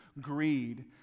greed